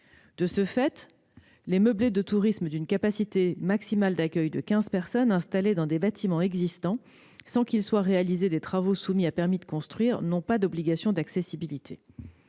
De ce fait, les meublés de tourisme d'une capacité maximale d'accueil de quinze personnes installés dans des bâtiments existants, sans qu'il soit réalisé de travaux soumis à permis de construire, ne sont pas concernés par l'obligation d'accessibilité.